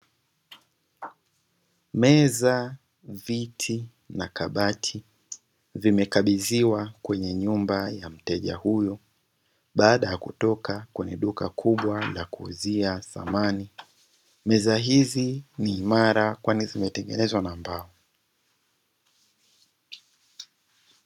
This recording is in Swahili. Meza, viti na kabati vimekabidhiwa kwenye nyumba ya mteja huyu baada ya kutoka kwenye duka kubwa la kuuzia samani, meza hizi ni imara kwani zimetengenezwa na mbao.